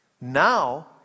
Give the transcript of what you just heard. Now